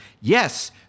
yes